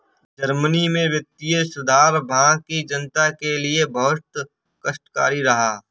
Germany में वित्तीय सुधार वहां की जनता के लिए बहुत कष्टकारी रहा